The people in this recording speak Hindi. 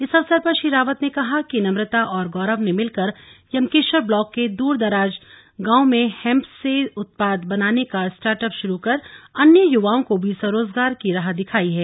इस अवसर पर श्री रावत ने कहा कि नम्रता और गौरव ने मिलकर यमकेश्वर ब्लाक के दूरदराज गांव में हेम्प से उत्पाद बनाने का स्टार्ट अप शुरू कर अन्य युवाओं को भी स्वरोजगार की राह दिखाई है